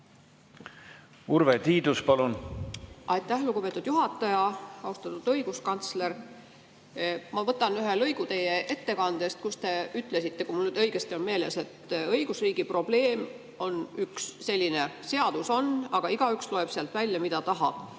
üldse ei oleks? Aitäh, lugupeetud juhataja! Austatud õiguskantsler! Ma võtan ühe lõigu teie ettekandest, kus te ütlesite, kui mul nüüd õigesti on meeles, et õigusriigi üks probleem on selline, et seadus on, aga igaüks loeb sealt välja, mida tahab,